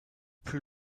plus